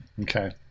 Okay